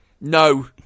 No